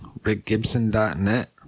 RickGibson.net